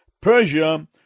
Persia